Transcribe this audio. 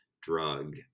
drug